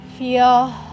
Feel